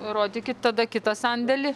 rodykit tada kitą sandėlį